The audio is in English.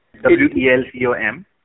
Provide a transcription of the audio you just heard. W-E-L-C-O-M